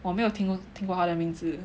我没有听听过她的名字